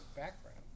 background